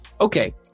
okay